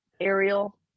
Ariel